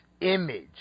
image